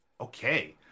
Okay